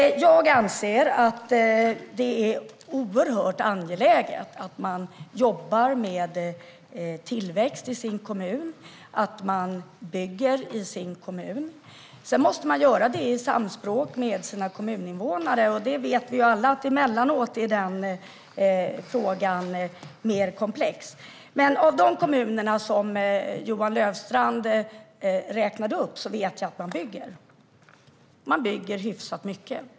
Jag anser att det är oerhört angeläget att man jobbar med tillväxt i sin kommun och att man bygger i sin kommun. Det måste man göra i samspråk med sina kommuninvånare. Emellanåt är den frågan mer komplex, som vi alla vet. I de kommuner som Johan Löfstrand räknade upp vet jag att man bygger hyfsat mycket.